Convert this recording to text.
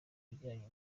bijyanye